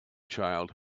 child